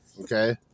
okay